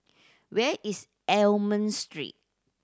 where is Almond Street